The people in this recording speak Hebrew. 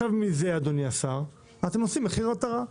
אדוני השר, מזה אתם עושים מחיר מטרה,